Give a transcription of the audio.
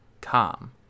calm